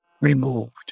removed